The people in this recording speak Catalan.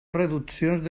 reduccions